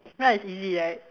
right it's easy right